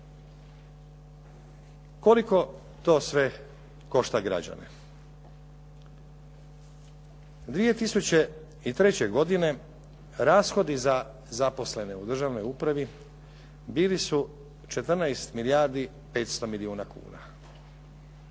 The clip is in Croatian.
Koliko to sve košta građane? 2003. godine rashodi za zaposlene u državnoj upravi bili su 14 milijardi 500 milijuna kuna.